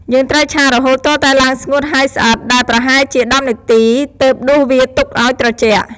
យើងត្រូវឆារហូតទាល់តែឡើងស្ងួតហើយស្អិតដែលប្រហែលជា ១០នាទីទើបដួសវាទុកឱ្យត្រជាក់។